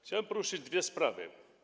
Chciałem poruszyć dwie sprawy.